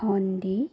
ধন দি